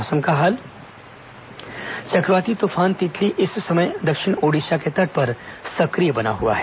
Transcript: मौसम चक्रवाती तूफान तितली इस समय दक्षिण ओड़िशा के तट पर सक्रिय बना हुआ है